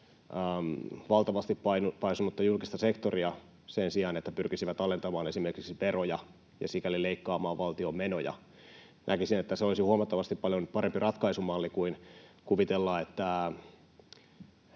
valtavasti paisunutta julkista sektoria sen sijaan, että pyrkisivät alentamaan esimerkiksi veroja ja sikäli leikkaamaan valtion menoja. Näkisin, että se olisi huomattavasti paljon parempi ratkaisumalli kuin kuvitella, että